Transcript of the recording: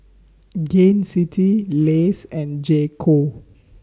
Gain City Lays and J Co